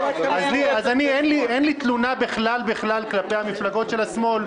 אין לי תלונה בכלל כלפי המפלגות של השמאל,